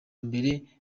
mbere